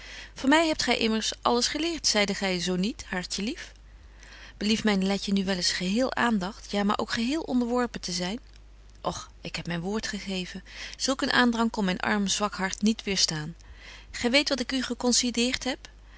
van my hebt gy immers alles geleert zeide gy zo niet hartje lief belieft myne letje nu wel eens geheel aandagt ja maar ook geheel onderworpen te zyn och ik heb myn woord gegeven zulk een aandrang kon myn arm zwak hart niet weêrstaan gy weet wat ik u geconsideert heb